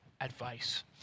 advice